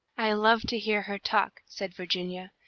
i love to hear her talk, said virginia.